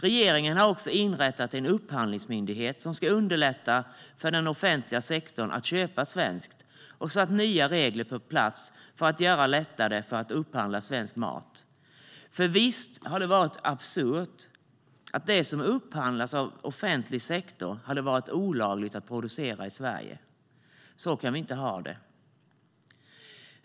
Regeringen har också inrättat en upphandlingsmyndighet som ska underlätta för den offentliga sektorn att köpa svenskt och satt nya regler på plats för att göra det lättare att upphandla svensk mat, för visst har det varit absurt att det som upphandlas av offentlig sektor hade varit olagligt att producera i Sverige. Så kan vi inte ha det.